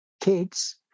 kids